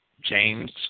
James